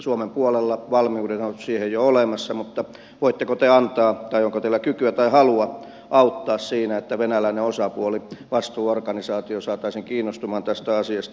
suomen puolella valmiudet ovat siihen jo olemassa mutta onko teillä kykyä tai halua auttaa siinä että venäläinen osapuoli vastuuorganisaatio saataisiin kiinnostumaan tästä asiasta